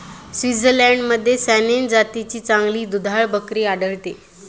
स्वित्झर्लंडमध्ये सॅनेन जातीची चांगली दुधाळ बकरी आढळते